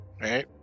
Right